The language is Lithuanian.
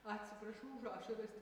atsiprašau už ašaras